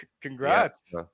congrats